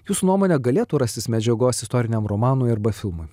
jūsų nuomone galėtų rastis medžiagos istoriniam romanui arba filmui